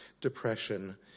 depression